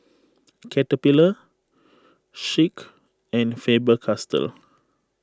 Caterpillar Schick and Faber Castell